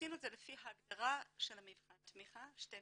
עשינו את זה לפי הגדרה של מבחן התמיכה, 12